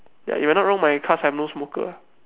ya if I'm not wrong my class have no smoker ah